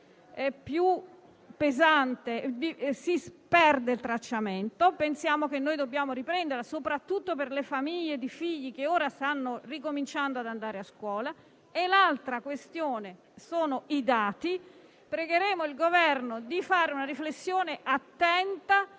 è più pesante si perde il tracciamento e pensiamo di doverlo riprendere, soprattutto per le famiglie con figli che stanno ricominciando ad andare a scuola. L'altra questione riguarda i dati: preghiamo il Governo di fare una riflessione attenta